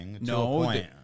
No